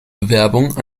bewerbung